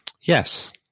Yes